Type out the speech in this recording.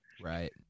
Right